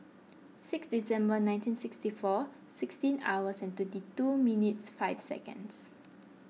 six December nineteen sixty four sixteen hours and twenty two minutes five seconds